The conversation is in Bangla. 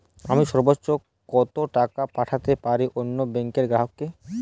আমি সর্বোচ্চ কতো টাকা পাঠাতে পারি অন্য ব্যাংক র গ্রাহক কে?